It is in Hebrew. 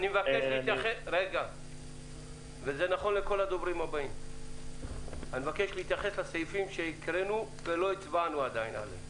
אני מבקש שכל הדוברים יתייחסו רק לסעיפים שהקראנו ולא הצבענו אודותיהם.